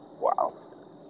Wow